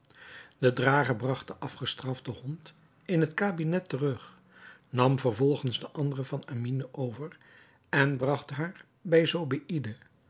de drager bragt de afgestrafte hond in het kabinet terug nam vervolgens de andere van amine over en bragt haar bij